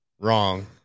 Wrong